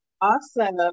Awesome